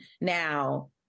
Now